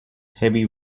heavy